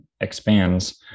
expands